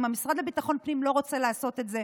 אם המשרד לביטחון פנים לא רוצה לעשות את זה.